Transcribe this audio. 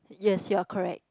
yes you are correct